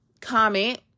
comment